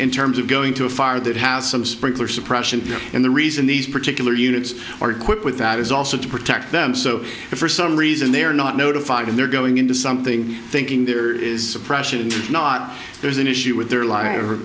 in terms of going to a fire that has some sprinkler suppression and the reason these particular units are equipped with that is also to protect them so if for some reason they are not notified and they're going into something thinking there is pressure to not there's an issue with their li